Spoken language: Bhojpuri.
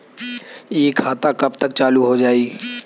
इ खाता कब तक चालू हो जाई?